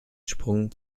sprung